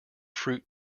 fruit